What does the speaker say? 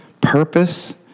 purpose